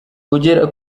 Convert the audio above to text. kugera